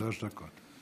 שלוש דקות.